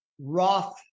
Roth